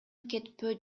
кетпөө